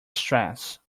stress